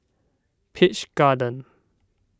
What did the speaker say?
Peach Garden